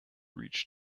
reach